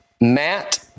Matt